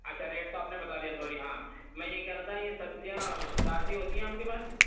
اچھا ریٹ تو آپ نے بتا دیا سوری ہاں میں یہ کہہ رہا تھا کہ سبزیاں تازی ہوتی ہیں آپ کے پاس